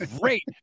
great